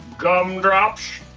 gumdrops.